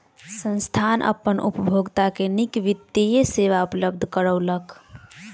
संस्थान अपन उपभोगता के नीक वित्तीय सेवा उपलब्ध करौलक